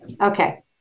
okay